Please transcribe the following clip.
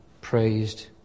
praised